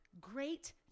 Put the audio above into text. great